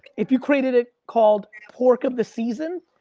if you created it called, pork of the season,